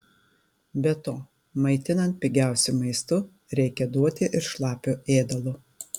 be to maitinant pigiausiu maistu reikia duoti ir šlapio ėdalo